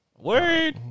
Word